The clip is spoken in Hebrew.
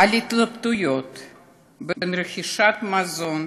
על התלבטות בין רכישת מזון